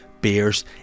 beers